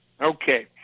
Okay